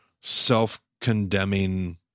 self-condemning